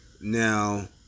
Now